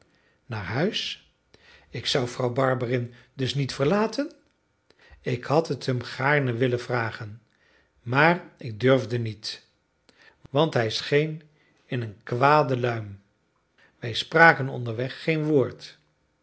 naar huis ik zou vrouw barberin dus niet verlaten ik had het hem gaarne willen vragen maar ik durfde niet want hij scheen in een kwade luim wij spraken onderweg geen woord